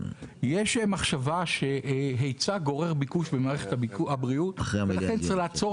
יש מחשבה שהיצע גורר ביקוש במערכת הבריאות ולכן צריך לעצור